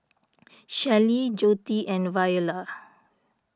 Shelley Joette and Viola